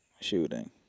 shooting